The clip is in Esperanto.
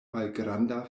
malgranda